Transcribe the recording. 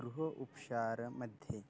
गृहोपचारमध्ये